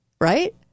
Right